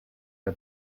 der